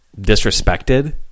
disrespected